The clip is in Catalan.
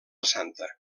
santa